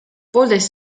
poolteist